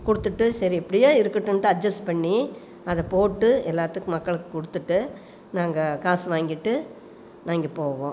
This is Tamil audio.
கொடுத்துட்டு சரி இப்படியே இருக்கட்டும்ன்டு அட்ஜஸ் பண்ணி அதை போட்டு எல்லாத்துக்கும் மக்களுக்கு கொடுத்துட்டு நாங்கள் காசு வாங்கிட்டு நாங்கள் போவோம்